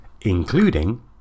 including